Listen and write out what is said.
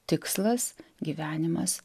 tikslas gyvenimas